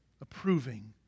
approving